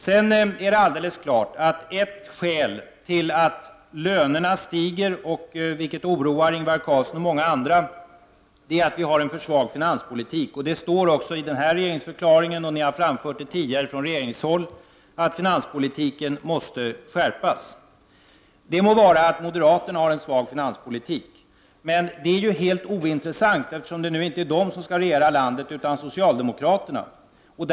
Sedan är det alldeles klart att ett skäl till att lönerna stiger, vilket oroar Ingvar Carlsson och många andra, är att det förs en för svag finanspolitik. Det står också i regeringsförklaringen, och ni har framfört det tidigare från regeringshåll, att finanspolitiken måste skärpas. Det må vara att moderaterna har en svag finanspolitik. Men det är ju helt ointressant, eftersom det inte är moderaterna utan socialdemokraterna som skall regera landet.